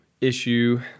issue